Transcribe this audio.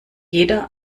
jeder